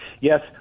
Yes